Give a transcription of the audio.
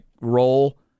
role